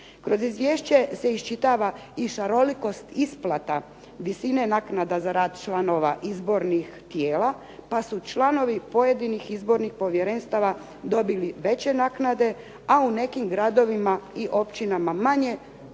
Kroz izvješće se iščitava i šarolikost isplata visine naknada za rad članova izbornih tijela pa su članovi pojedinih izbornih povjerenstava dobili veće naknade, a u nekim gradovima i općina manje, također smo